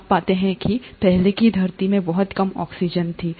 आप पाते हैं कि पहले की धरती में बहुत कम ऑक्सीजन थी